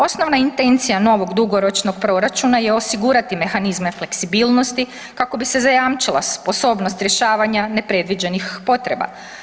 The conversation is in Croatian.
Osnovna intencija novog dugoročnog proračuna je osigurati mehanizme fleksibilnosti, kako bi se zajamčila sposobnost rješavanja nepredviđenih potreba.